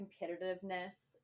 competitiveness